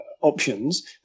options